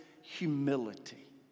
humility